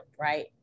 right